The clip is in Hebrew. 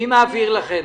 מי מעביר לכם?